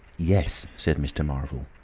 yes, said mr. marvel.